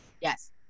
Yes